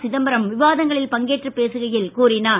சிதம்பரம் விவாதங்களில் பங்கேற்று பேசுகையில் கூறினார்